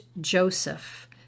Joseph